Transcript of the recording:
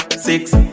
six